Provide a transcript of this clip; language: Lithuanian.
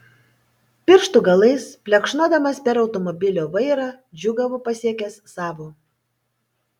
pirštų galais plekšnodamas per automobilio vairą džiūgavo pasiekęs savo